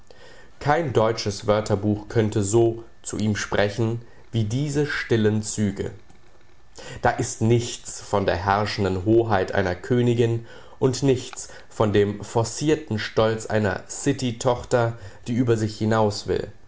kein deutsches wörterbuch könnte so zu ihm sprechen wie diese stillen züge da ist nichts von der herrschenden hoheit einer königin und nichts von dem forcierten stolz einer city tochter die über sich hinaus will